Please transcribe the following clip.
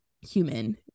human